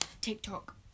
TikTok